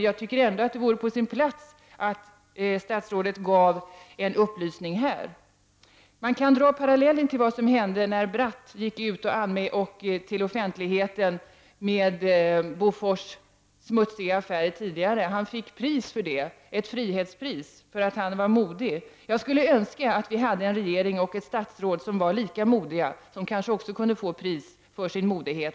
Jag tycker att en upplysning här från statsrådet vore på sin plats. Man kan dra paralleller med vad som hände när Bratt offentliggjorde Bofors smutsiga affärer tidigare. Han fick emellertid ett frihetspris för att han var modig. Jag skulle önska att vi hade ett statsråd och en regering som var lika modiga. Kanske kunde de också få pris för sitt mod.